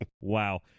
Wow